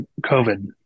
COVID